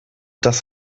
das